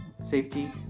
safety